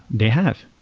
they have.